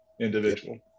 individual